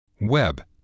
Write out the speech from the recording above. Web